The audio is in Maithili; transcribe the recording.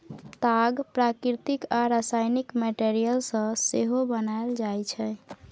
ताग प्राकृतिक आ रासायनिक मैटीरियल सँ सेहो बनाएल जाइ छै